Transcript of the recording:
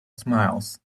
smiles